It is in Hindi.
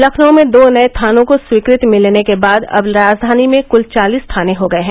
लखनऊ में दो नए थानों को स्वीकृति मिलने के बाद अब राजवानी में कृत चालीस थाने हो गए है